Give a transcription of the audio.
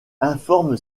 informe